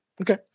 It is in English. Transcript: Okay